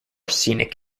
scenic